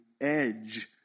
edge